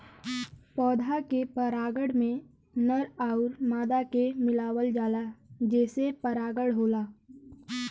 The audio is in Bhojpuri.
पौधा के परागण में नर आउर मादा के मिलावल जाला जेसे परागण होला